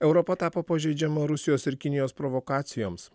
europa tapo pažeidžiama rusijos ir kinijos provokacijoms